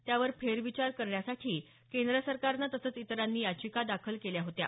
त्यावर फेरविचार करण्यासाठी केंद्र सरकारनं तसंच इतरांनी याचिका दाखल केल्या होत्या